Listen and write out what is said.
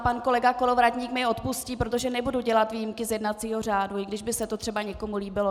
Pan kolega Kolovratník mi odpustí, protože nebudu dělat výjimky z jednacího řádu, i kdyby se to třeba někomu líbilo.